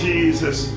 Jesus